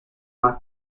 más